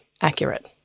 accurate